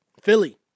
Philly